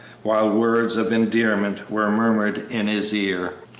while words of endearment were murmured in his ear.